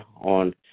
on